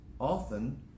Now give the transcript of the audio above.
often